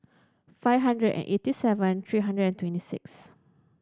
five hundred and eighty seven three hundred and twenty six